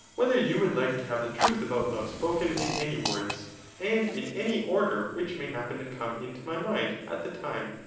whether you would like to have the truth about love, spoken in any words and in any order which may happen to come into my mind at the time.